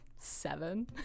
Seven